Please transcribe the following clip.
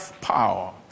power